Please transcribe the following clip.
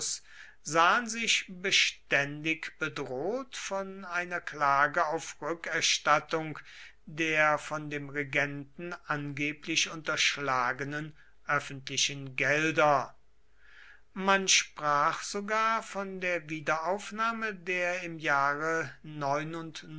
sahen sich beständig bedroht von einer klage auf rückerstattung der von dem regenten angeblich unterschlagenen öffentlichen gelder man sprach sogar von der wiederaufnahme der im jahre